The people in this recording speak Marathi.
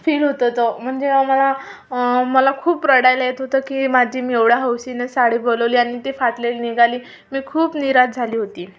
फील होत होतं म्हणजे मला मला खूप रडायला येत होतं की माझी मी एवढ्या हौशीनं साडी बोलवली आणि ती फाटलेली निघाली मी खूप निराश झाली होती